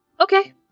Okay